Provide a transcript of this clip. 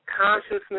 consciousness